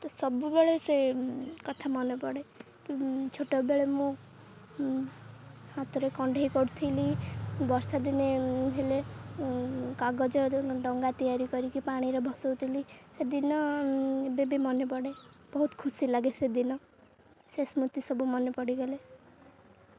ତ ସବୁବେଳେ ସେ କଥା ମନେ ପଡ଼େ ଛୋଟବେଳେ ମୁଁ ହାତରେ କଣ୍ଢେଇ କରୁଥିଲି ବର୍ଷା ଦିନେ ହେଲେ କାଗଜ ଡଙ୍ଗା ତିଆରି କରିକି ପାଣିରେ ଭସାଉଥିଲି ସେଦିନ ଏବେ ବି ମନେ ପଡ଼େ ବହୁତ ଖୁସି ଲାଗେ ସେଦିନ ସେ ସ୍ମୃତି ସବୁ ମନେ ପଡ଼ିଗଲେ